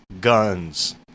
guns